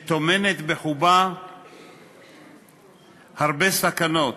שטומנת בחובה הרבה סכנות.